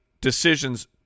decisions